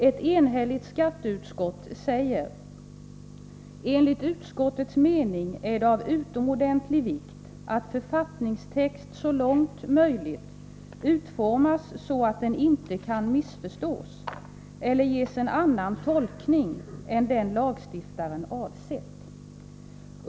Ett enhälligt skatteutskott säger: ”Enligt utskottets mening är det av utomordentlig vikt att författningstext så långt möjligt utformas så att den inte kan missförstås eller ges en annan tolkning än den lagstiftaren avsett.